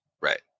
Right